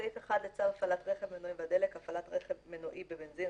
בסעיף 1 לצו הפעלת רכב (מנועים ודלק) (הפעלת רכב מנועי בבנזין),